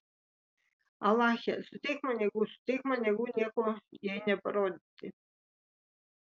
alache suteik man jėgų suteik man jėgų nieko jai neparodyti